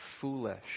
foolish